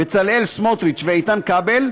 בצלאל סמוטריץ ואיתן כבל,